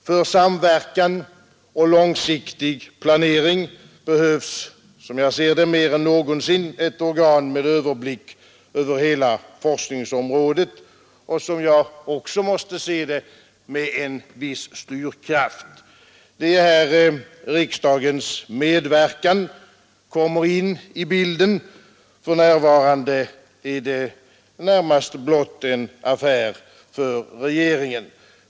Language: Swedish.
För samverkan och långsiktig planering behövs, som jag ser det, mer än någonsin ett organ med överblick över hela forskningsområdet och — som jag också måste se det — med en viss styrkraft. Det är här riksdagens medverkan kommer in i bilden. För närvarande är det närmast blott en affär för regeringen.